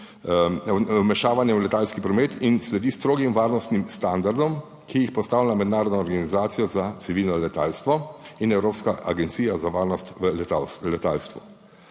vmešavanjem v letalski promet in sledi strogim varnostnim standardom, ki jih postavlja Mednarodna organizacija za civilno letalstvo in Evropska agencija za varnost v letalstvu.